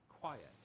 quiet